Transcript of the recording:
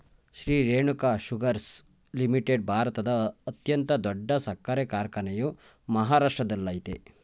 Shri Renuka sugars limited ಭಾರತದ ಅತ್ಯಂತ ದೊಡ್ಡ ಸಕ್ಕರೆ ಕಾರ್ಖಾನೆಯು ಮಹಾರಾಷ್ಟ್ರದಲ್ಲಯ್ತೆ